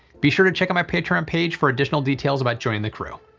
be sure to check out my patreon page for additional details about joining the crew.